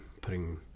putting